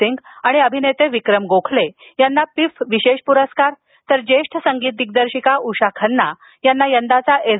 सिंग आणि अभिनेते विक्रम गोखले यांना पिफ विशेष प्रस्कार तर ज्येष्ठ संगीत दिग्दर्शिका उषा खन्ना यांना यंदाचा एस